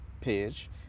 page